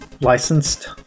licensed